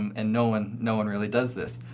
um and no one no one really does this.